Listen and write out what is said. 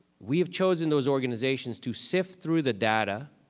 we have chosen those organizations to sift through the data,